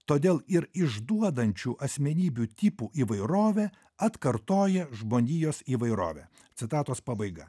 todėl ir išduodančių asmenybių tipų įvairovė atkartoja žmonijos įvairovę citatos pabaiga